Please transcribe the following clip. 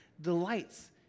delights